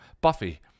Buffy